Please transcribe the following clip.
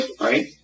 right